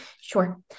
sure